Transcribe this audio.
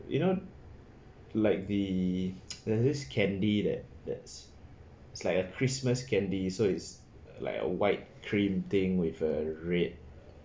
you know like the there's this candy that that's it's like a christmas candy so it's like a white cream thing with a red